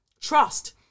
Trust